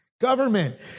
government